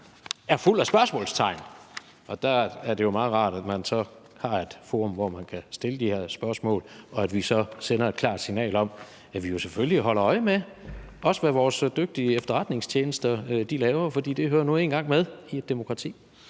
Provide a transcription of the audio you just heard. er fuld af spørgsmålstegn. Og der er det jo meget rart, at man så har et forum, hvor man kan stille de her spørgsmål, og at vi så sender et klart signal om, at vi jo selvfølgelig også holder øje med, hvad vores dygtige efterretningstjenester laver, for det hører nu engang med i et demokrati.